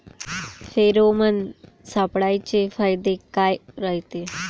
Pheromone सापळ्याचे फायदे काय रायते?